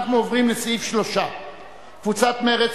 אנחנו עוברים לסעיף 3. קבוצת מרצ,